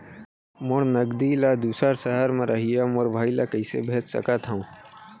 मोर नगदी ला दूसर सहर म रहइया मोर भाई ला कइसे भेज सकत हव?